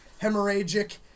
Hemorrhagic